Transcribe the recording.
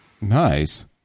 Nice